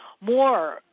more